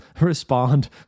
respond